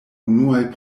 unuaj